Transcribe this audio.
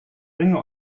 bringe